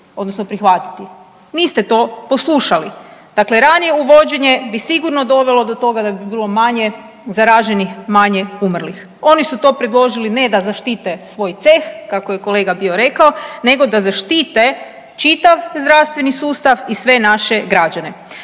odnosno prihvatiti. Niste to poslušali. Dakle, ranije uvođenje bi sigurno dovelo do toga da bi bilo manje zaraženih, manje umrlih. Oni su to predložili ne da zaštite svoj ceh kako je kolega bio rekao, nego da zaštite čitav zdravstveni sustav i sve naše građane.